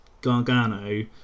Gargano